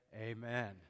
Amen